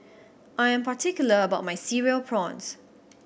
I am particular about my Cereal Prawns